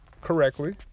correctly